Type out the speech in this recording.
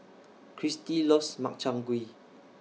Cristi loves Makchang Gui